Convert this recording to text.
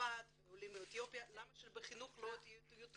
מצרפת ולעולים מאתיופיה למה שבחינוך לא יהיה?